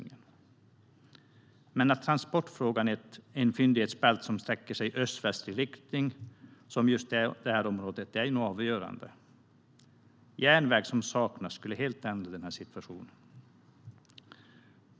Men transportfrågan är avgörande i ett fyndighetsbälte som sträcker sig i öst-västlig riktning, som just i detta område. Järnväg, som nu saknas, skulle ändra situationen helt.